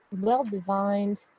well-designed